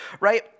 right